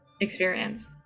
experience